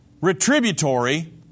retributory